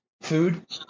food